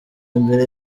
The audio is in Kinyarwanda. imbere